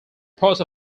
part